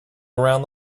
around